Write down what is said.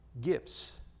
gifts